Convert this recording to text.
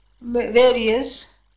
various